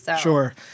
Sure